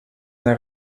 naar